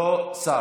לא שר.